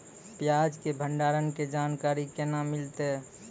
प्याज के भंडारण के जानकारी केना मिलतै?